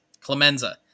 Clemenza